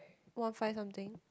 one five something